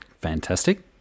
Fantastic